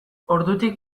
ordutik